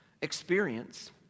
experience